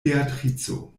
beatrico